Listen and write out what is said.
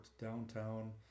downtown